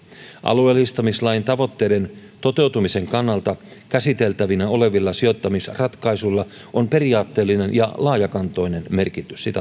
alueellistamislain tavoitteiden toteutumisen kannalta käsiteltävinä olevilla sijoittamisratkaisuilla on periaatteellinen ja laajakantoinen merkitys